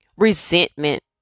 resentment